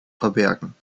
verbergen